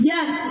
Yes